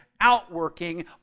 outworking